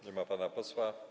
Nie ma pana posła.